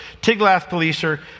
Tiglath-Pileser